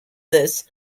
this